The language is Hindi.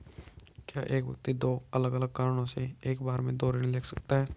क्या एक व्यक्ति दो अलग अलग कारणों से एक बार में दो ऋण ले सकता है?